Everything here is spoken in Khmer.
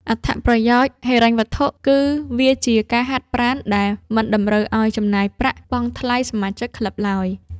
អត្ថប្រយោជន៍ហិរញ្ញវត្ថុគឺវាជាការហាត់ប្រាណដែលមិនតម្រូវឱ្យចំណាយប្រាក់បង់ថ្លៃសមាជិកក្លឹបឡើយ។